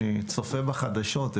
אני צופה בחדשות,